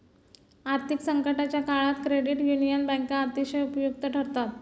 आर्थिक संकटाच्या काळात क्रेडिट युनियन बँका अतिशय उपयुक्त ठरतात